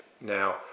now